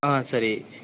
ஆ சரி